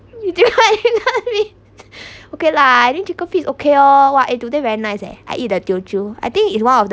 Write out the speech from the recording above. you didn't didn't agree okay lah I think chicken feet is okay oh !wah! eh today very nice eh I eat the teochew I think is one of the